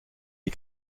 die